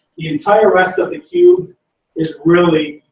the entire rest of the cube is really.